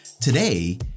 Today